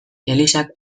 elizak